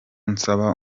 nsaba